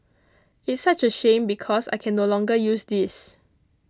it's such a shame because I can no longer use this